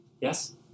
Yes